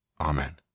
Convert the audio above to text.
Amen